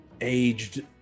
aged